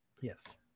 Yes